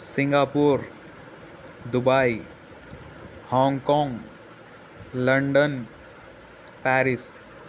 سنگا پور Dubai Hong Kong London Paris